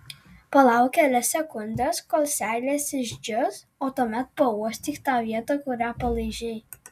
palauk kelias sekundes kol seilės išdžius o tuomet pauostyk tą vietą kurią palaižei